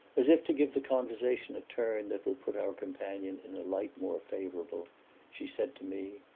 as if to give the conversation a turn that would put our companion in a light more favorable she said to me,